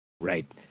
right